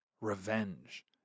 revenge